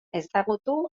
ezagutu